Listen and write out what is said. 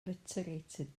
obliterated